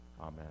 Amen